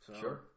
sure